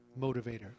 motivator